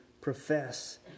profess